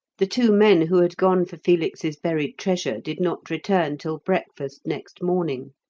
the two men who had gone for felix's buried treasure did not return till breakfast next morning.